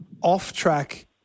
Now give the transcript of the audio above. off-track